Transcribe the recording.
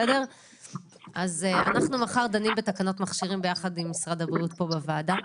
אנחנו מחר נדון בתקנות מכשירים יחד עם משרד הבריאות פה בוועדה,